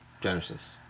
Genesis